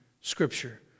Scripture